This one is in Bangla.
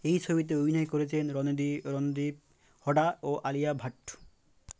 এই ছবিতে অভিনয় করেছেন রদী রণদীপ হডা ও আলিয়া ভাট